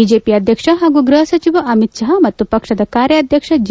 BJP ಅಧ್ಯಕ್ಷ ಹಾಗೂ ಗ್ಬಹ ಸಚಿವ ಅಮಿತ್ ಶಾ ಮತ್ತು ಪಕ್ಷದ ಕಾರ್ಯಾಧ್ಯಕ್ಷ ಜೆ